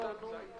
עדיין לא.